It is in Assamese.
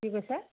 কি কৈছে